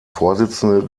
vorsitzende